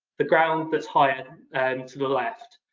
the ground that's higher and to the left,